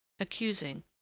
accusing